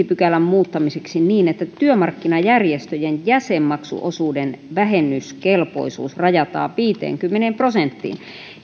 pykälän muuttamiseksi niin että työmarkkinajärjestöjen jäsenmaksuosuuden vähennyskelpoisuus rajataan viiteenkymmeneen prosenttiin